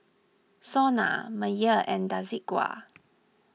Sona Mayer and Desigual